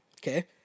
Okay